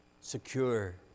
secure